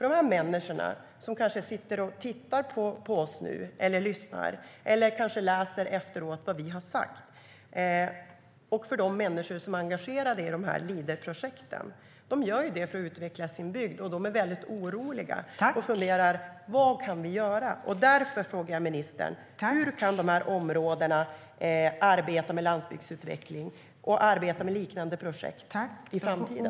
De som tittar, lyssnar eller efteråt läser vad vi har sagt, och de människor som är engagerade i Leaderprojekten, vill utveckla sina bygder - och de är oroliga. De funderar över vad de kan göra. Hur kan dessa områden arbeta med landsbygdsutveckling och liknande projekt i framtiden?